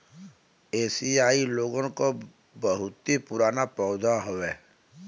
एसिआई लोगन क बहुते पुराना पौधा हौ